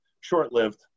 short-lived